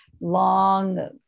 long